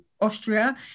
Austria